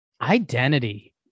Identity